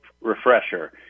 refresher